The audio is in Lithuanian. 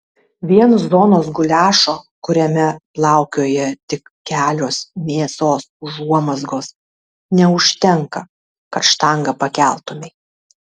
vien zonos guliašo kuriame plaukioja tik kelios mėsos užuomazgos neužtenka kad štangą pakeltumei